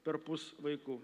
perpus vaikų